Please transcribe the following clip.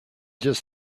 just